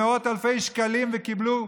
במאות אלפי שקלים וקיבלו,